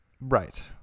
Right